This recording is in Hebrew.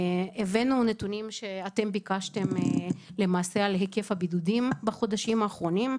הבאנו נתונים שאתם ביקשתם למעשה על היקף הבידודים בחודשים האחרונים.